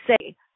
say